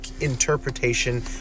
interpretation